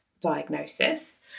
diagnosis